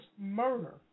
murder